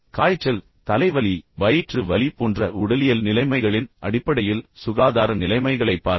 காய்ச்சல் அல்லது தலைவலி அல்லது வயிற்று வலி போன்ற உடலியல் நிலைமைகளின் அடிப்படையில் சுகாதார நிலைமைகளைப் பாருங்கள்